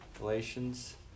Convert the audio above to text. Galatians